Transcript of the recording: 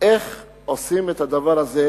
איך עושים את הדבר הזה,